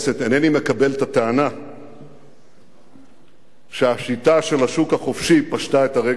אינני מקבל את הטענה שהשיטה של השוק החופשי פשטה את הרגל,